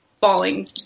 falling